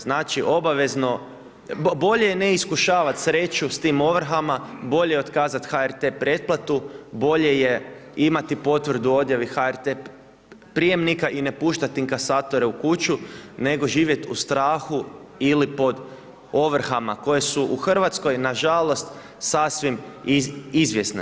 Znači obavezno, bolje je ne iskušavati sreću sa tim ovrhama, bolje je otkazati HRT pretplatu, bolje je imati potvrdu o odjavi HRT prijemnika i ne puštati inkasatore u kuću nego živjeti u strahu ili pod ovrhama koje su u Hrvatskoj nažalost sasvim izvjesne.